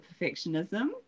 perfectionism